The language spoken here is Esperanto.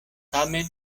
tamen